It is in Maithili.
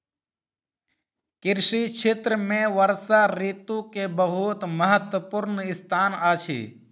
कृषि क्षेत्र में वर्षा ऋतू के बहुत महत्वपूर्ण स्थान अछि